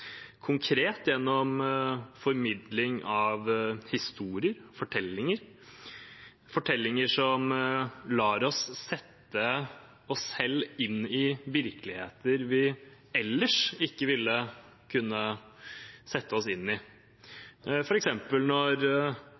konkret gjennom formidling av historier, fortellinger – fortellinger som lar oss sette oss selv inn i virkeligheter vi ellers ikke ville kunne sette oss inn i, f.eks. når